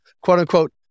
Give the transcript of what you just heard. quote-unquote